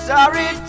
Sorry